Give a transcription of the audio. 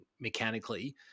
mechanically